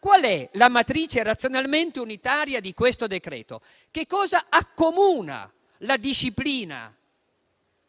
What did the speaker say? qual è la matrice razionalmente unitaria di questo decreto-legge? Che cosa accomuna la disciplina